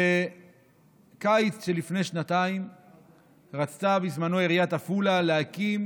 בקיץ לפני שנתיים רצתה בזמנו עיריית עפולה להקים